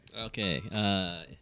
Okay